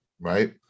right